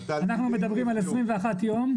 אנחנו מדברים על 21 יום.